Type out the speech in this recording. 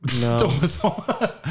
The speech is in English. No